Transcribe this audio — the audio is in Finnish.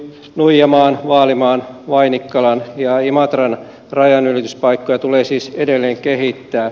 nuijamaan vaalimaan vainikkalan ja imatran rajanylityspaikkoja tulee siis edelleen kehittää